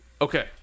Okay